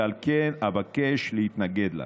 ועל כן אבקש להתנגד לה.